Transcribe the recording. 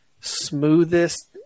smoothest